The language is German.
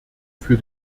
für